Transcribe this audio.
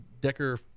decker